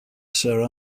sir